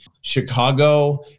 Chicago